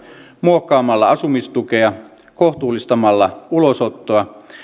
muokkaamalla asumistukea kohtuullistamalla ulosottoa